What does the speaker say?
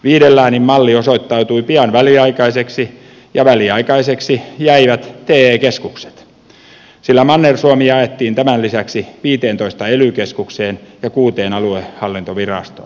viiden läänin malli osoittautui pian väliaikaiseksi ja väliaikaiseksi jäivät te keskukset sillä manner suomi jaettiin tämän lisäksi viiteentoista ely keskukseen ja kuuteen aluehallintovirastoon